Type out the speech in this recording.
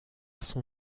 son